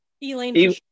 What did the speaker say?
Elaine